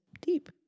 deep